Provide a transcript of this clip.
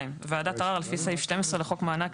(2)ועדת ערר לפי סעיף 12 לחוק מענק